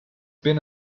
been